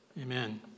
Amen